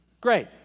Great